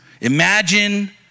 Imagine